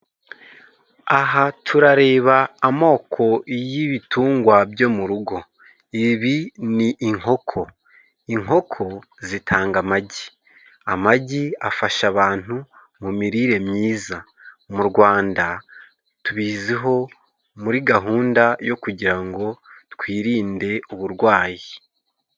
Aha turareba amoko y’ibitungwa byo mu rugo. Ibi ni inkoko, inkoko zitanga amagi. Amagi afasha abantu mu mirire myiza. Mu Rwanda, tubiziho muri gahunda yo kugira ngo twirinde uburwayi.